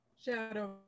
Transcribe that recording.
shadow